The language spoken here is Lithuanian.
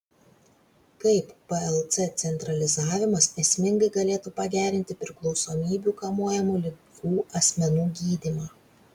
kaip plc centralizavimas esmingai galėtų pagerinti priklausomybių kamuojamų ligų asmenų gydymą